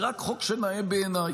זה רק חוק שנאה בעיניי.